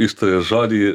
ištarė žodį